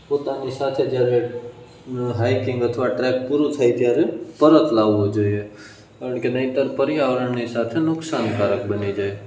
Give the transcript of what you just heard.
પોતાની સાથે જ્યારે હાઇકિંગ અથવા ટ્રેક પૂરું થાય ત્યારે પરત લાવવું જોઈએ કારણ કે નહીંતર પર્યાવરણની સાથે નુકસાનકારક બની જાય